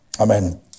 Amen